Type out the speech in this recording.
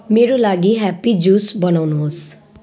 मेरा लागि happy juice बनाउनुहोस्